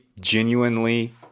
genuinely